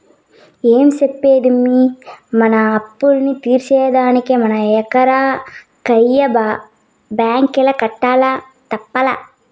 ఏం చెప్పేదమ్మీ, మన అప్పుల్ని తీర్సేదానికి ఉన్న ఎకరా కయ్య బాంకీల పెట్టక తప్పలా